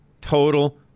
Total